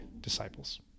disciples